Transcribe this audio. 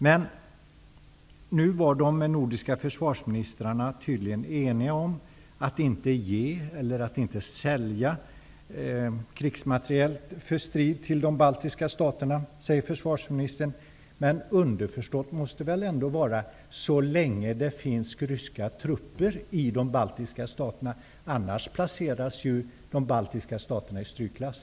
De nordiska försvarsministrarna var enligt försvarsministern tydligen eniga om att inte ge eller inte sälja krigsmateriel till de baltiska staterna. Men underförstått måste väl ändå vara: så länge som det finns ryska trupper i de baltiska staterna. Annars placeras de baltiska staterna ju i strykklass.